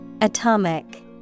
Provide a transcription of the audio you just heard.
Atomic